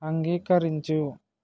అంగీకరించు